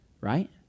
right